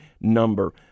number